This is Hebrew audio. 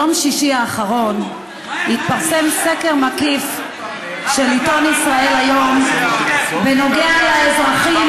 ביום שישי האחרון התפרסם סקר מקיף של עיתון ישראל היום על האזרחים